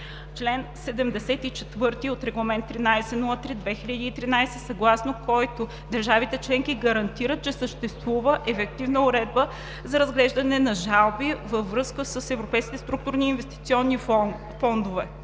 чл. 74 от Регламент 1303/2013, съгласно който държавите членки гарантират, че съществува ефективна уредба за разглеждане на жалби във връзка с европейските структурни и инвестиционни фондове.